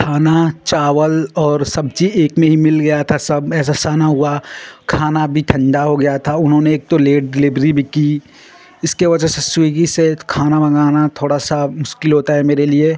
खाना चावल और सब्जी एक में ही मिल गया था सब ऐसा सना हुआ खाना भी ठण्डा हो गया था उन्होंने एक तो लेट डिलिवरी भी की इसकी वजह से स्विगी से खाना मँगाना थोड़ा सा मुश्किल होता है मेरे लिए